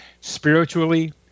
spiritually